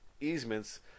easements